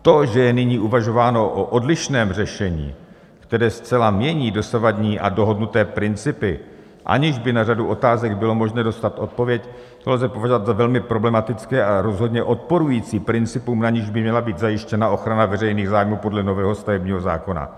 To, že je nyní uvažováno o odlišném řešení, které zcela mění dosavadní a dohodnuté principy, aniž by na řadu otázek bylo možné dostat odpověď, to lze považovat za velmi problematické a rozhodně odporující principům, na nichž by měla být zajištěna ochrana veřejných zájmů podle nového stavebního zákona.